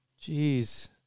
Jeez